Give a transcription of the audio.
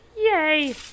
yay